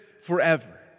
forever